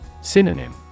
Synonym